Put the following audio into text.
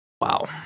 Wow